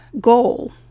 goal